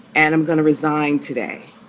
and i'm going to resign today.